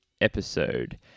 episode